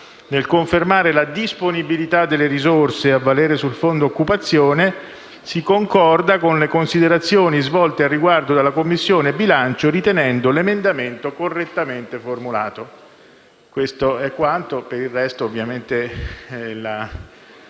Nel confermare la disponibilità delle risorse a valere sul Fondo occupazione, si concorda con le considerazioni svolte al riguardo dalla Commissione bilancio, ritenendo l'emendamento correttamente formulato». Per il resto, ovviamente la